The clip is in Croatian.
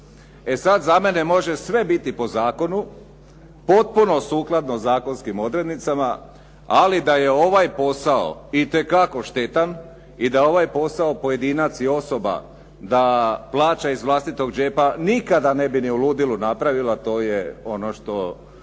E sad, za mene može sve biti po zakonu potpuno sukladno zakonskim odrednicama ali da je ovaj posao itekako štetan i da ovaj posao pojedinac i osoba da plaća iz vlastitog đepa nikada ne bi ni u ludilu napravila. To je ono što